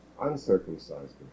uncircumcised